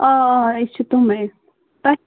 آ آ أسۍ چھِ تِمے تۅہہِ